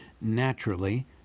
Naturally